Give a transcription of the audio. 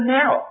now